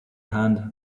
hand